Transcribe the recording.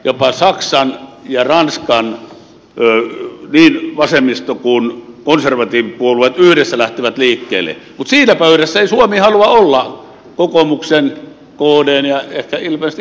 jopa saksan ja ranskan niin vasemmisto kuin konservatiivipuolueet yhdessä lähtevät liikkeelle mutta siinä pöydässä ei suomi halua olla kokoomuksen kdn ja ehkä ilmeisesti keskustankin halusta